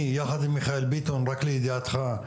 רק לידיעתך,